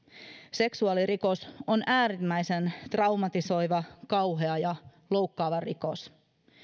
seksuaalirikos on äärimmäisen traumatisoiva kauhea ja loukkaava rikos